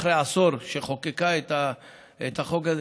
עשור אחרי שחוקקה את החוק הזה,